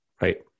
Right